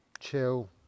chill